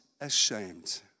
ashamed